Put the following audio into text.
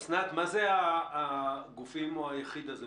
מה הם התאגידים או היחידים האלה?